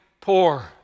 poor